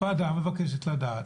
הוועדה מבקשת לדעת,